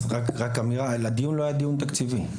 אז אני רוצה לומר שלא היה דיון תקציבי.